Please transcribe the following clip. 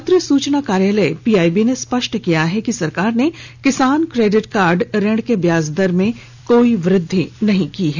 पत्र सूचना कार्यालय पीआईबी ने स्पष्ट किया है कि सरकार ने किसान क्रेडिट कार्ड ऋण के ब्याज दर में कोई वृद्वि नहीं की है